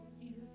Jesus